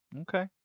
Okay